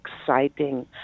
exciting